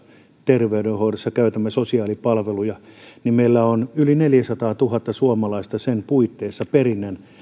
terveydenhoidossa käytämme sosiaalipalveluja on yli neljäsataatuhatta suomalaista perinnän